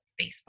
Facebook